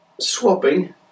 swapping